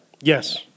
Yes